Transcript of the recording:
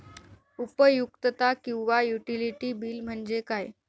उपयुक्तता किंवा utility bill म्हणजे काय?